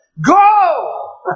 Go